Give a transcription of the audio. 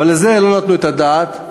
לזה לא נתנו את הדעת.